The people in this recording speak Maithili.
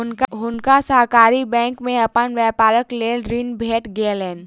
हुनका सहकारी बैंक से अपन व्यापारक लेल ऋण भेट गेलैन